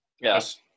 Yes